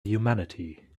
humanity